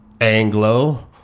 Anglo